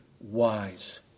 wise